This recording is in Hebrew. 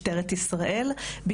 משטרת ישראל, מברכים על הדיון.